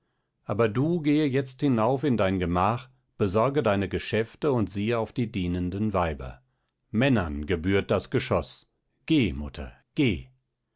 aber du gehe jetzt hinauf in dein gemach besorge deine geschäfte und siehe auf die dienenden weiber männern gebührt das geschoß geh mutter geh